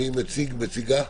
מי מציג או מציגה?